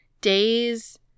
days